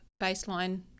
baseline